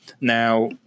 Now